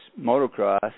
motocross